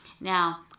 Now